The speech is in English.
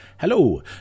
Hello